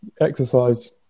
exercise